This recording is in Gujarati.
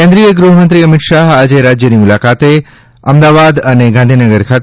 કેન્દ્રીય ગૃહમંત્રી અમિત શાહ આજે રાજયની મુલાકાતે અમદાવાદ અને ગાંધીનગર ખાતે